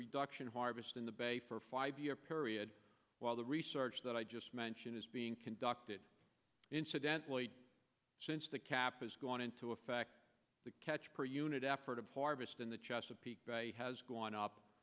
reduction of harvest in the bay for five year period while the research that i just mentioned is being conducted incidentally since the cap is gone into effect the catch per unit effort of harvest in the chesapeake bay has gone up